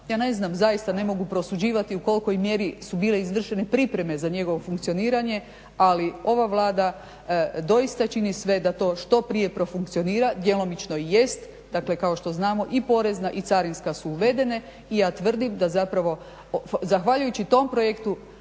ja ne znam, zaista ne mogu prosuđivati u kolikoj mjeri su bile izvršene pripreme za njegovo funkcioniranje. Ali ova Vlada doista čini sve da to što prije profunkcionira, djelomično i jest. Dakle, kao što znamo i porezna i carinska su uvedene. I ja tvrdim da zapravo zahvaljujući tom projektu